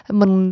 mình